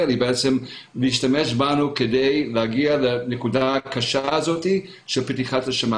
היא להשתמש בנו כדי להגיע לנקודה קשה זאת של פתיחת השמים